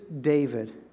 David